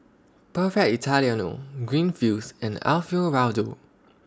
Perfect Italiano Greenfields and Alfio Raldo